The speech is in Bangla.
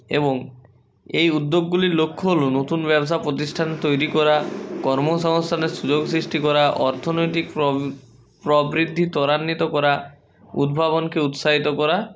এবং এই উদ্যোগগুলির লক্ষ্য হলো নতুন ব্যবসা প্রতিষ্ঠান তৈরি করা কর্মসংস্থানের সুযোগ সৃষ্টি করা অর্থনৈতিক প্র প্রবৃদ্ধি ত্বরান্বিত করা উদ্ভাবনকে উৎসাহিত করা